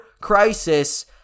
crisis